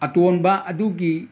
ꯑꯇꯣꯟꯕ ꯑꯗꯨꯒꯤ